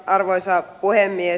arvoisa puhemies